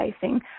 facing